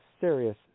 serious